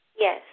Yes